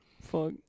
Fuck